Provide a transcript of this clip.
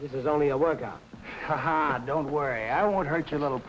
this is only a word don't worry i won't hurt your little